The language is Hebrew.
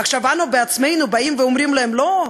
עכשיו אנו בעצמנו באים ואומרים להם: לא,